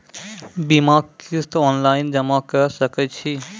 बीमाक किस्त ऑनलाइन जमा कॅ सकै छी?